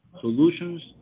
solutions